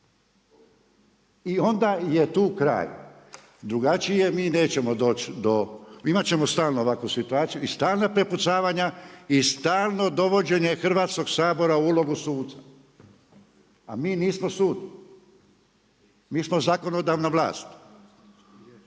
I onda je tu kraj. Drugačije mi nećemo doći, imati ćemo stalno ovakvu situaciju, i stalna prepucavanja i stalno dovođenje Hrvatskog sabora u ulogu suca. A mi nismo sud. Mi smo zakonodavna vlast.